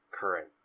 current